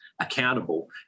accountable